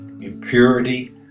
impurity